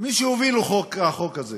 מי שהוביל את החוק הזה